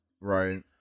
Right